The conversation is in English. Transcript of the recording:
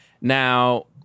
Now